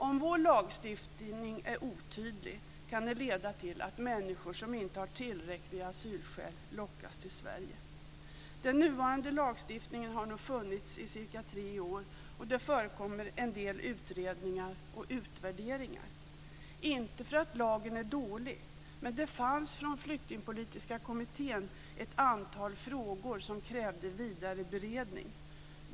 Om vår lagstiftning är otydlig kan det leda till att människor som inte har tillräckliga asylskäl lockas till Sverige. Den nuvarande lagstiftningen har funnits i cirka tre år och det förekommer en del utredningar och utvärderingar. Detta beror inte på att lagen är dålig, men det fanns ett antal frågor från Flyktingpolitiska kommittén som krävde vidare beredning.